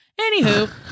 Anywho